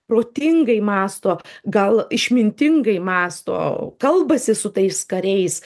protingai mąsto gal išmintingai mąsto kalbasi su tais kariais